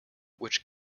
which